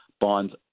bonds